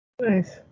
Nice